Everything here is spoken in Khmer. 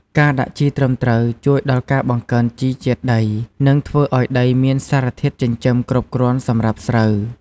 ការដាក់ជីត្រឹមត្រូវជួយដល់ការបង្កើនជីជាតិដី និងធ្វើឱ្យដីមានសារធាតុចិញ្ចឹមគ្រប់គ្រាន់សម្រាប់ស្រូវ។